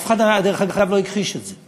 אף אחד, דרך אגב, לא הכחיש את זה.